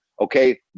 Okay